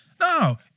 No